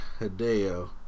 Hideo